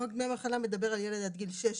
חוק דמי מחלה מדבר על ילד עד גיל 16,